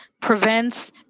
prevents